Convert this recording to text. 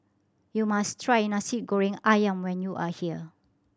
you must try Nasi Goreng Ayam when you are here